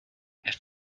have